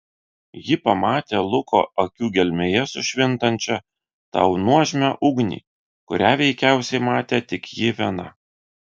ji pamatė luko akių gelmėje sušvintančią tą nuožmią ugnį kurią veikiausiai matė tik ji viena